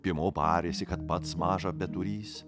piemuo barėsi kad pats mažą beturįs